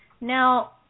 Now